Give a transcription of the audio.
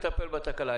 מנסים לטפל בתקלה.